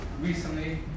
recently